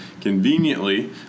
conveniently